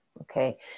okay